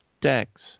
decks